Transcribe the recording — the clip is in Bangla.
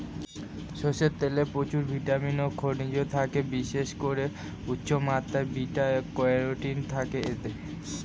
সরষের তেলে প্রচুর ভিটামিন ও খনিজ থাকে, বিশেষ করে উচ্চমাত্রার বিটা ক্যারোটিন থাকে এতে